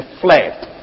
fled